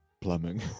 plumbing